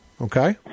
Okay